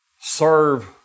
serve